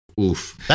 Oof